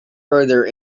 further